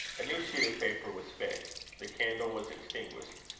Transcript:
a new sheet of paper was fixed. the candle was extinguished.